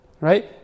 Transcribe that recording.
Right